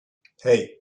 hey